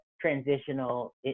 transitional